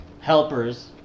helpers